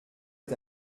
est